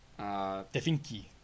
Tefinki